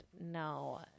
No